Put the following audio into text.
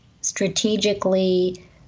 strategically